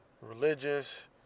religious